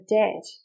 debt